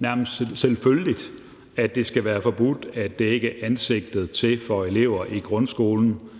nærmest som noget selvfølgeligt, at det skal være forbudt at dække ansigtet til for elever i grundskolen